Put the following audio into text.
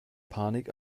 panik